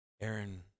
Aaron